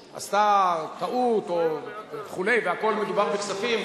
או עשתה טעות וכו' והכול מדובר בכספים,